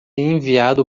enviado